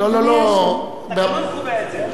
יש כאלה שלא מקיימים את זה.